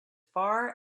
far